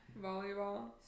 Volleyball